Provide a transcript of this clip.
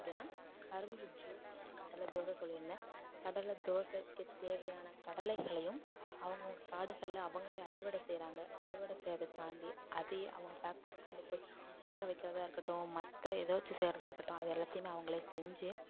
அப்படினா கரும்பு ஜூஸ் கடலை சொல்லு கடலை தோசைக்கு தேவையான கடலைகளையும் அவங்கவங்க காடுகளில் அவங்களே அறுவடை செய்கிறாங்க அறுவடை செய்கிறத தாண்டி அதையே அவங்க ஃபேக்ட்ரிஸ்க்கு கொண்டு போய் உலர வக்கிறதா இருக்கட்டும் மற்ற இதை வச்சு செய்கிறதா இருக்கட்டும் அது எல்லாத்தையும் அவங்களே செஞ்சு